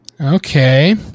Okay